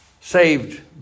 Saved